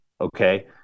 Okay